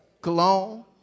cologne